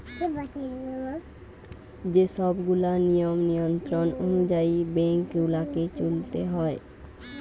যে সব গুলা নিয়ম নিয়ন্ত্রণ অনুযায়ী বেঙ্ক গুলাকে চলতে হয়